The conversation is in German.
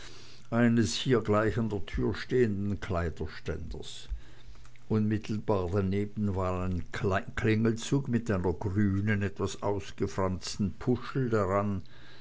eines hier gleich an der tür stehenden kleiderständers unmittelbar daneben war ein klingelzug mit einer grünen etwas ausgefransten puschel daran